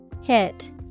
Hit